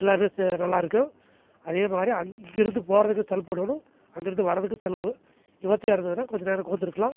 எல்லாமே சே நல்லாயிருக்கும் அதேமாதிரி அங்கிரு இங்கிருந்து போகிறதுக்கு சலுப்புபடணும் அங்கிருந்து வரதுக்கு சலிப்பு இருந்ததுதுனா கொஞ்சம் நேரம் உக்காந்துருக்கலாம்